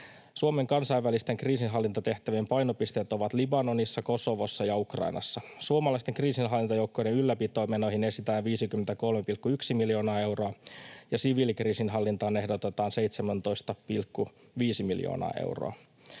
Suomen kansainvälisten kriisinhallintatehtävien painopisteet ovat Libanonissa, Kosovossa ja Ukrainassa. Suomalaisten kriisinhallintajoukkojen ylläpitomenoihin esitetään 53,1 miljoonaa euroa ja siviilikriisinhallintaan ehdotetaan 17,5 miljoonaa euroa.